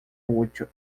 útil